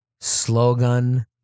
Slogan